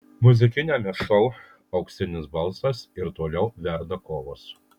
muzikiniame šou auksinis balsas ir toliau verda kovos